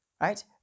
Right